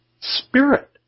spirit